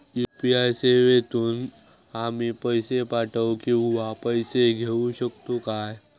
UPI सेवेतून आम्ही पैसे पाठव किंवा पैसे घेऊ शकतू काय?